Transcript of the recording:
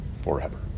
Forever